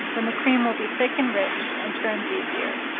when the cream will be thick and rich, and churns easier.